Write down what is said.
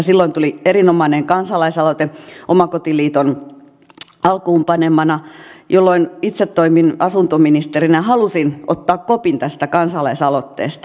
silloin tuli erinomainen kansalaisaloite omakotiliiton alkuun panemana ja silloin itse toimin asuntoministerinä ja halusin ottaa kopin tästä kansalaisaloitteesta